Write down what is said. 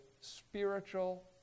spiritual